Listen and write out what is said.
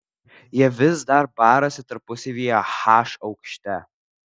jie vis dar barasi tarpusavyje h aukšte